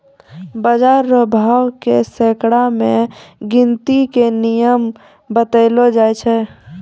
बाजार रो भाव के सैकड़ा मे गिनती के नियम बतैलो जाय छै